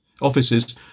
offices